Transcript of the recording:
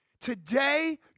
today